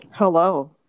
hello